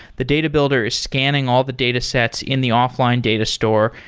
the data builder is scanning all the datasets in the offline data store.